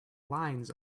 lines